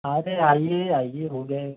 अरे आइए आइए हो गए